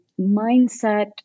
mindset